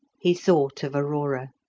he thought of aurora